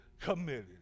committed